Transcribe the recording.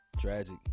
tragic